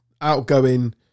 outgoing